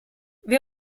wir